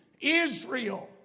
Israel